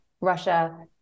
Russia